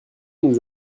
nous